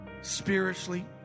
Spiritually